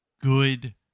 good